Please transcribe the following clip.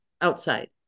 outside